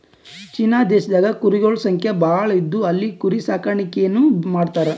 China ದೇಶದಾಗ್ ಕುರಿಗೊಳ್ ಸಂಖ್ಯಾ ಭಾಳ್ ಇದ್ದು ಅಲ್ಲಿ ಕುರಿ ಸಾಕಾಣಿಕೆನೂ ಮಾಡ್ತರ್